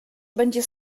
będzie